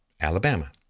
Alabama